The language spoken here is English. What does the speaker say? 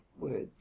words